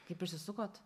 kaip išsisukot